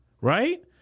right